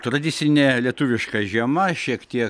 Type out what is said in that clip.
tradicinė lietuviška žiema šiek tiek